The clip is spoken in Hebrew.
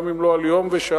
גם אם לא על יום ושעה,